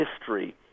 history